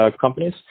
companies